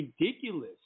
ridiculous